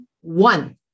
one